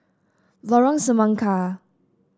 Lorong Semangka